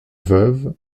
veuve